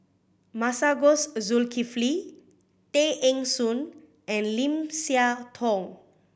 Masagos Zulkifli Tay Eng Soon and Lim Siah Tong